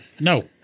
No